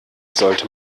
sollte